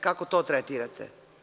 Kako to tretirate?